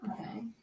Okay